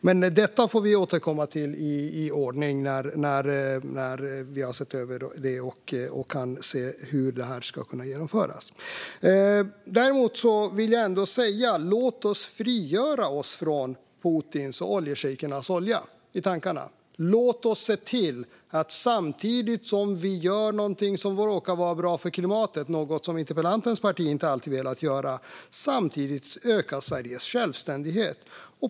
Men vi får återkomma till detta när vi har sett över det och kan se hur det ska kunna genomföras. Men låt oss frigöra oss från Putins och oljeshejkernas olja i tankarna. Låt oss se till att vi samtidigt som vi gör något som råkar vara bra för klimatet, något som interpellantens parti inte alltid har velat göra, också ökar Sveriges självständighet.